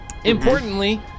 Importantly